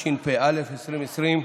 התשפ"א 2020,